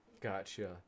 Gotcha